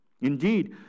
Indeed